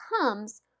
comes